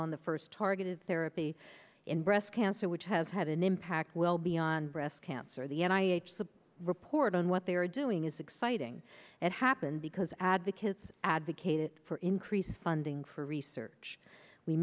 on the first targeted therapy in breast cancer which has had an impact well beyond breast cancer the i report on what they're doing is exciting it happened because advocates advocated for increased funding for research we